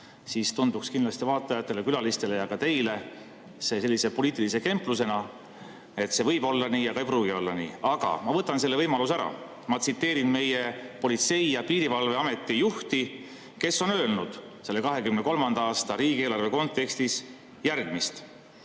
siis tunduks kindlasti vaatajatele, külalistele ja ka teile see sellise poliitilise kemplusena. Ehk see võib olla nii, aga ei pruugi olla nii. Aga ma võtan selle võimaluse ära. Ma tsiteerin meie Politsei- ja Piirivalveameti juhti, kes on öelnud selle 2023. aasta riigieelarve kontekstis järgmist.